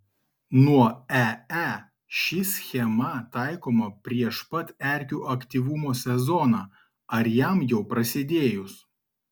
nuo ee ši schema taikoma prieš pat erkių aktyvumo sezoną ar jam jau prasidėjus